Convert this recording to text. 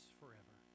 forever